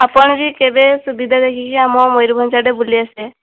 ଆପଣ ବି କେବେ ସୁବିଧା ଦେଖିକି ଆମ ମୟୁରଭଞ୍ଜ ଆଡ଼େ ବୁଲି ଆସିବେ